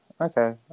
Okay